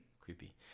Creepy